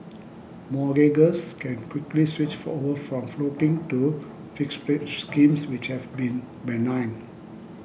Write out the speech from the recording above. mortgagors can quickly switch over from floating to fixed rate schemes which have been benign